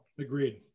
Agreed